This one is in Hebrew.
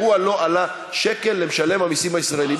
האירוע לא עלה שקל למשלם המסים הישראלי.